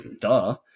duh